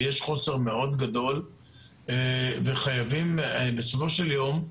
כי יש חוסר מאוד גדול וחייבים בסופו של יום,